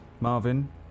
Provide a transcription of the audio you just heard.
Marvin